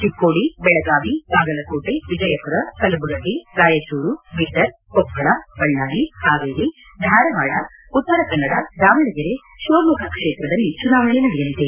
ಚಿಕ್ಕೋಡಿ ಬೆಳಗಾವಿ ಬಾಗಲಕೋಟೆ ವಿಜಯಪುರ ಕಲಬುರಗಿ ರಾಯಚೂರು ಬೀದರ್ ಕೊಪ್ಪಳ ಬಳ್ಳಾರಿ ಹಾವೇರಿ ಧಾರವಾಡ ಉತ್ತರಕನ್ನಡ ದಾವಣಗೆರೆ ಶಿವಮೊಗ್ಗ ಕ್ಷೇತ್ರದಲ್ಲಿ ಚುನಾವಣೆ ನಡೆಯಲಿದೆ